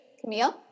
Camille